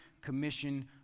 Commission